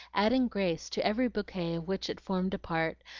adding grace to every bouquet of which it formed a part,